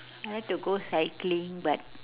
need to go cycling but